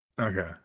Okay